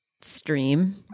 stream